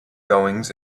goings